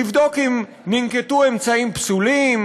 לבדוק אם ננקטו אמצעים פסולים,